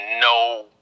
no